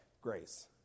Grace